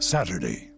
Saturday